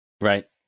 Right